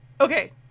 okay